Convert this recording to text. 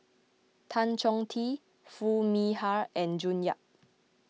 Tan Chong Tee Foo Mee Har and June Yap